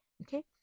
Okay